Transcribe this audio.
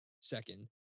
second